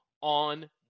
on